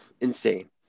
Insane